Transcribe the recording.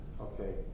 Okay